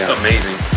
amazing